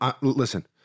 listen